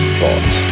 thoughts